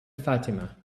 fatima